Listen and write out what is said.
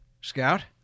Scout